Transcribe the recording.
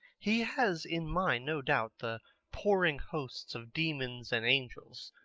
he has in mind, no doubt, the pouring hosts of demons and angels.